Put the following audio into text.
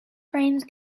frames